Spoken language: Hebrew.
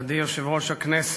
מכובדי יושב-ראש הכנסת,